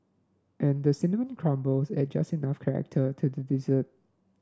and the cinnamon crumble add just enough character to the dessert